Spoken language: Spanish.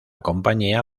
compañía